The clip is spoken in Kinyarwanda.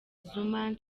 zuma